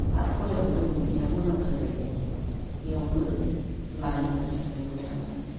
आथखरायावबो बिनियाबो मोजांथार जाहैदों बेयावबो लायो मानसिफ्रा बेयावबो थाङो आरखि